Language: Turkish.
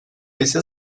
ise